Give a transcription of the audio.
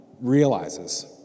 realizes